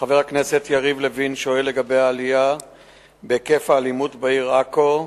חבר הכנסת יריב לוין שואל לגבי האלימות בעיר עכו,